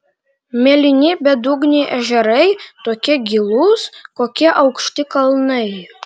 mėlyni bedugniai ežerai tokie gilūs kokie aukšti kalnai